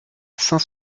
cinq